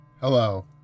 hello